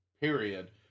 Period